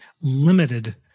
limited